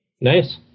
Nice